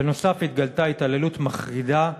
בנוסף, התגלתה התעללות מחרידה,